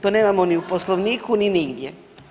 To nemamo ni u Poslovniku ni nigdje.